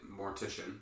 mortician